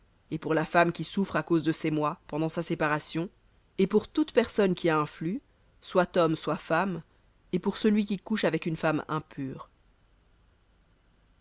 et pour la femme qui souffre à cause de ses mois pendant sa séparation et pour toute personne qui a un flux soit homme soit femme et pour celui qui couche avec une femme impure